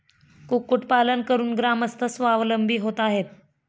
कुक्कुटपालन करून ग्रामस्थ स्वावलंबी होत आहेत